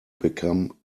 become